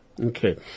Okay